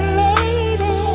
lady